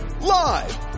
Live